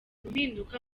mpinduka